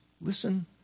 listen